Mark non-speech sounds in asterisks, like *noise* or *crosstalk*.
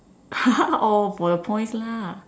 *laughs* oh for the points lah